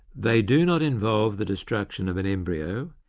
they do not involve the destruction of an embryo,